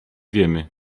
wiemy